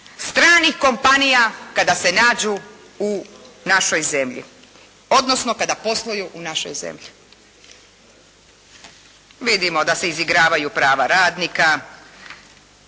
stranih kompanija kada se nađu u našoj zemlji, odnosno kada posluju u našoj zemlji. Vidimo se da se izigravaju prava radnika,